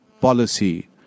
policy